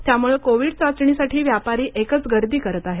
त्याम्ळ ं कोविड चाचणीसाठी व्यापारी एकच गर्दी करीत आहेत